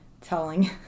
telling